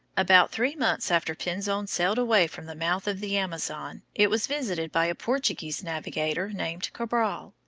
about three months after pinzon sailed away from the mouth of the amazon it was visited by a portuguese navigator named cabral.